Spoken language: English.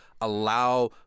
allow